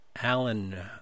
Alan